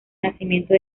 nacimiento